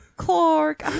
clark